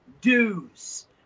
Deuce